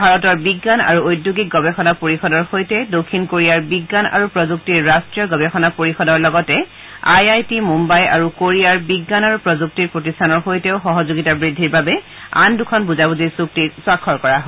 ভাৰতৰ বিজ্ঞান আৰু উদ্যোগিক গৱেষণা পৰিষদৰ সৈতে দক্ষিণ কোৰিয়াৰ বিজ্ঞান আৰু প্ৰযুক্তিৰ ৰাট্টীয় গৱেষণা পৰিষদৰ লগতে আই আই টি মুম্বাই আৰু কোৰিয়াৰ বিজ্ঞান আৰু প্ৰযুক্তিৰ প্ৰতিষ্ঠানৰ সৈতেও সহযোগিতা বৃদ্ধিৰ বাবে আন দুখন বুজাবুজিৰ চুক্তিত স্বাক্ষৰ কৰা হয়